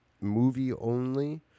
movie-only